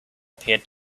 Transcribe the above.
appeared